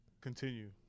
continue